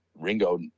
Ringo